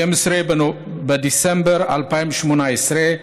12 בדצמבר 2018,